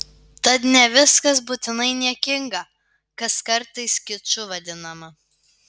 tad ne viskas būtinai niekinga kas kartais kiču vadinama